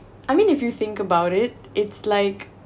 I mean if you think about it it's like